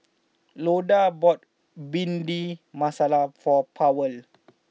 Loda bought Bhindi Masala for Powell